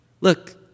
look